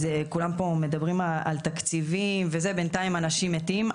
כולם פה מדברים על תקציבים וזה בינתיים אנשים מתים.